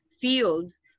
fields